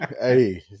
hey